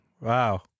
Wow